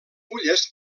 fulles